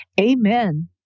Amen